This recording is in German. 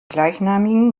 gleichnamigen